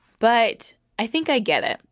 but i think i get it.